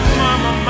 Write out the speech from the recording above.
mama